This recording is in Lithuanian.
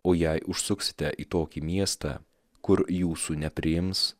o jei užsuksite į tokį miestą kur jūsų nepriims